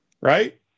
Right